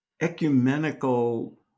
ecumenical